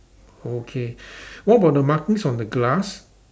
okay what about the markings on the glass